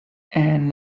and